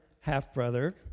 half-brother